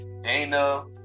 Dana